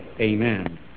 Amen